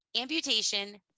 Amputation